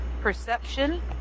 Perception